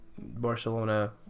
Barcelona